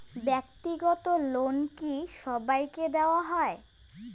ব্যাক্তিগত লোন কি সবাইকে দেওয়া হয়?